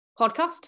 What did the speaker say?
podcast